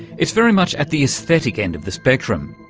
it's very much at the aesthetic end of the spectrum.